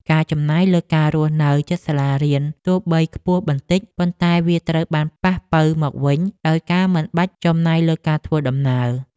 ការចំណាយលើការរស់នៅជិតសាលារៀនទោះបីខ្ពស់បន្តិច ប៉ុន្តែវាត្រូវបានប៉ះប៉ូវមកវិញដោយការមិនបាច់ចំណាយលើការធ្វើដំណើរ។